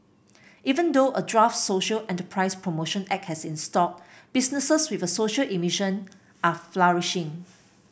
even though a draft social enterprise promotion act has stalled businesses with a social emission are flourishing